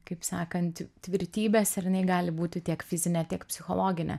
kaip sakant tvirtybės ir jinai gali būti tiek fizinė tiek psichologinė